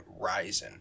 Ryzen